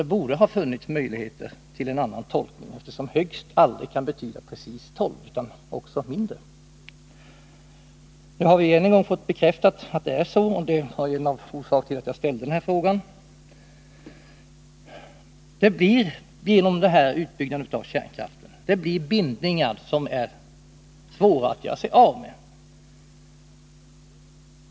Det borde ha funnits möjligheter till en annan tolkning eftersom högst tolv inte behöver betyda precis tolv utan också kan betyda mindre. Vi har nu än en gång fått regeringens inställning bekräftad, och det var anledning till att jag ställde min fråga. Genom utbyggnaden av kärnkraften uppstår bindningar som är svåra att göra sig av med.